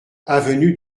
avenue